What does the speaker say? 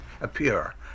appear